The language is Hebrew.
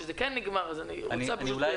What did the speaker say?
שזה כן נגמר אז אני רוצה להבין.